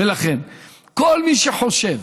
ולכן כל מי שחושב,